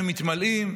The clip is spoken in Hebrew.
הם מתמלאים,